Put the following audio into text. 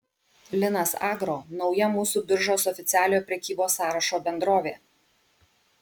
linas agro nauja mūsų biržos oficialiojo prekybos sąrašo bendrovė